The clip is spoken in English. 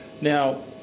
now